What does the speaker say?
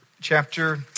chapter